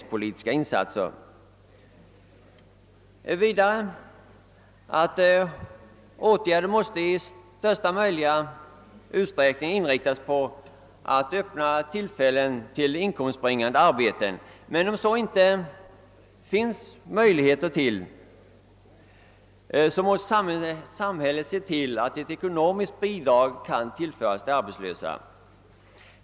För det andra anser vi att åtgärderna i största möjliga utsträckning måste inriktas på att ge tillfällen till inkomstbringande arbeten. Men om det inte finns möjligheter härtill måste samhället se till att ekonomiskt bidrag kan tillföras de arbetslösa.